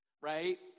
right